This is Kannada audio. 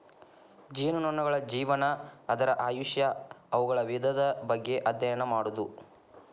ಜೇನುನೊಣಗಳ ಜೇವನಾ, ಅದರ ಆಯುಷ್ಯಾ, ಅವುಗಳ ವಿಧದ ಬಗ್ಗೆ ಅದ್ಯಯನ ಮಾಡುದು